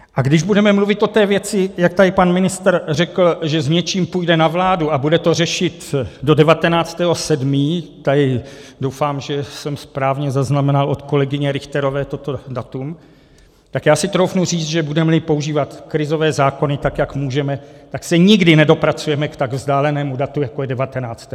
A když budeme mluvit o té věci, jak tady pan ministr řekl, že s něčím půjde na vládu a bude to řešit do 19. 7. tady doufám, že jsem správně zaznamenal od kolegyně Richterové toto datum tak já si troufnu říct, že budemeli používat krizové zákony tak, jak můžeme, tak se nikdy nedopracujeme k tak vzdálenému datu, jako je 19.